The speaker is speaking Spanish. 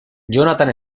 jonathan